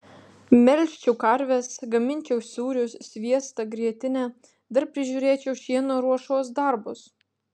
melžčiau karves gaminčiau sūrius sviestą grietinę dar prižiūrėčiau šieno ruošos darbus